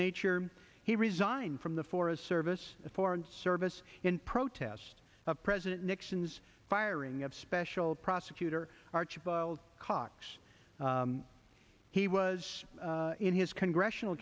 nature he resigned from the forest service the foreign service in protest of president nixon's firing of special prosecutor archibald cox he was in his congressional